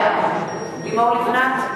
בעד לימור לבנת,